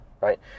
right